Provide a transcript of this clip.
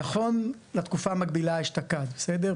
נכון לתקופה המקבילה אשתקד, בסדר?